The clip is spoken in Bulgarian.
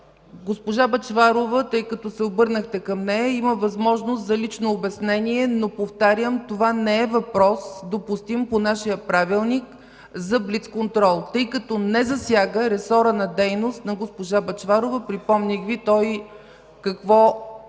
Госпожа Бъчварова, тъй като се обърнахте към нея, има възможност за лично обяснение, но, повтарям, това не е въпрос, допустим по нашия Правилник за блицконтрол, тъй като не засяга ресора на дейност на госпожа Бъчварова. Припомних Ви какво